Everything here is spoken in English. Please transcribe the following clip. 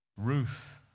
Ruth